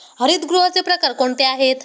हरितगृहाचे प्रकार कोणते आहेत?